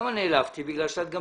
נעלבתי כי את גם